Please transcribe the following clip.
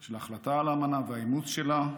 של ההחלטה על האמנה והאימוץ שלה,